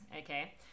okay